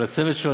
על הצוות שלו.